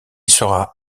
sera